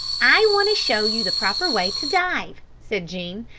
i want to show you the proper way to dive, said jean.